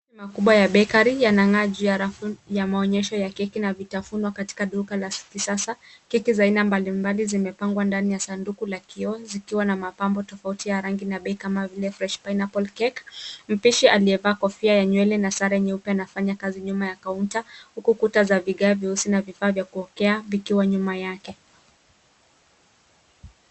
Makubwa ya bakery yanang'aa juu ya rafu ya maonyesho ya keki na vitafuno katika duka la kisasa. Keki za aina mbalimbali zimepangwa ndani ya sanduku la kioo zikiwa na mapambo tofauti ya rangi na bei kama vile[ cs] fresh pineapple cake . Mpishi aliyevaa kofia ya nywele na sare nyeupe anafanya kazi nyuma ya kaunta huku kuta za vigae vyeusi na vifaa vya kuokea vikiwa nyuma yake.